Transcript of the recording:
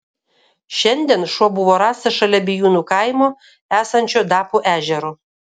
šiandien šuo buvo rastas šalia bijūnų kaimo esančio dapų ežero